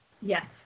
Yes